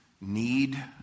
need